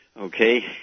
okay